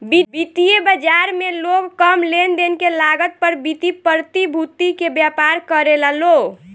वित्तीय बाजार में लोग कम लेनदेन के लागत पर वित्तीय प्रतिभूति के व्यापार करेला लो